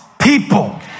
people